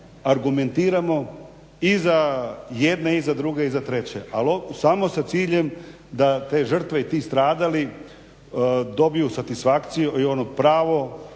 argumentiramo i za jedne i za druge i za treće. Ali samo sa ciljem da te žrtve i ti stradali dobiju satisfakciju i onog pravog,